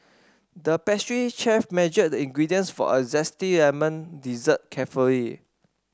the pastry chef measured the ingredients for a zesty lemon dessert carefully